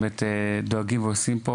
שבאמת, עושים פה